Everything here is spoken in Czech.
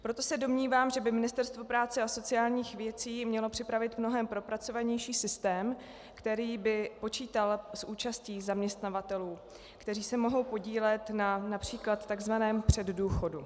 Proto se domnívám, že by Ministerstvo práce a sociálních věci mělo připravit mnohem propracovanější systém, který by počítal s účastí zaměstnavatelů, kteří se mohou podílet například na takzvaném předdůchodu.